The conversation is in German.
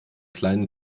kleinen